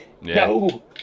no